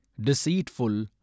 deceitful